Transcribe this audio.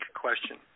question